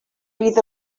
fydd